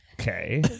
okay